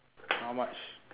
how much